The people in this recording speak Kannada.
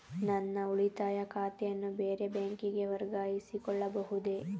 ನನ್ನ ಉಳಿತಾಯ ಖಾತೆಯನ್ನು ಬೇರೆ ಬ್ಯಾಂಕಿಗೆ ವರ್ಗಾಯಿಸಿಕೊಳ್ಳಬಹುದೇ?